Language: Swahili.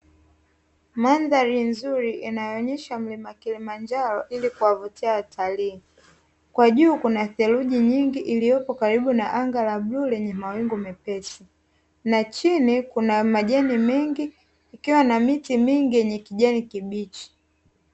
Mandhari nzuri yanayoonesha mlima kilimanjaro, ili kuwavutia watalii. Kwa juu kuna theluji nyingi iliyopo karibu na anga la bluu lenye mawingu mepesi, na chini kuna majani mengi ikiwa na miti mingi yenye kijani kibichi.